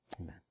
Amen